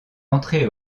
entré